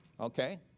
Okay